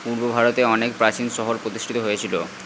পূর্ব ভারতে অনেক প্রাচীন শহর প্রতিষ্ঠিত হয়েছিল